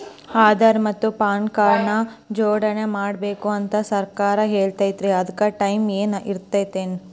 ಆಧಾರ ಮತ್ತ PAN card ನ ಜೋಡಣೆ ಮಾಡ್ಬೇಕು ಅಂತಾ ಸರ್ಕಾರ ಹೇಳೈತ್ರಿ ಅದ್ಕ ಟೈಮ್ ಏನಾರ ಐತೇನ್ರೇ?